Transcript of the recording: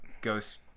Ghost